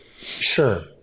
Sure